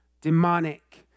demonic